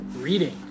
reading